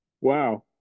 Wow